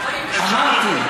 אמרתי.